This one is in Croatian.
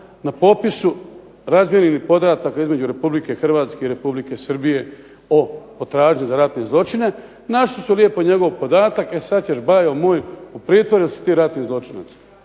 na popisu razmijenjenih podataka između Republike Hrvatske i Republike Srbije o potražnji za ratne zločine. Našli su lijepo njegov podatak. E sad ćeš bajo moj jer si ti ratni zločinac.